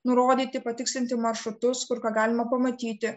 nurodyti patikslinti maršrutus kur ką galima pamatyti